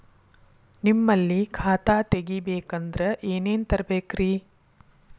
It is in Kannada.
ನಿಮ್ಮಲ್ಲಿ ಖಾತಾ ತೆಗಿಬೇಕಂದ್ರ ಏನೇನ ತರಬೇಕ್ರಿ?